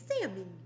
Sammy